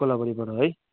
कोलाबारीबाट है